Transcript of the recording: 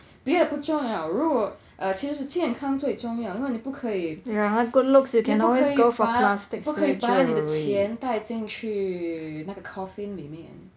别的不重要如果 err 其实健康最重要那你不可以你不可以把不可以把你的钱前带进去那个 coffin 里面